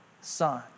son